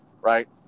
right